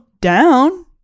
down